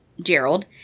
Gerald